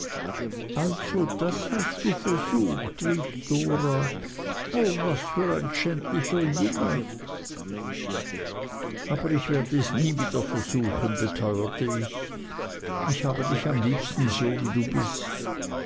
also das hast du versucht rief dora o was für ein schändlicher junge aber ich werde es nie wieder versuchen beteuerte ich ich habe dich am liebsten so wie du bist